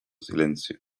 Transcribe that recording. silencio